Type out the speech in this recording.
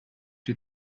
die